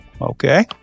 Okay